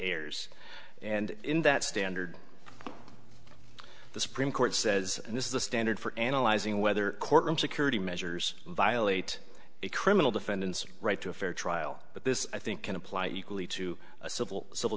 errors and that standard the supreme court says this is the standard for analyzing whether courtroom security measures violate a criminal defendants a right to a fair trial but this i think can apply equally to a civil